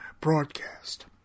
broadcast